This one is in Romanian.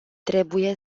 trebuie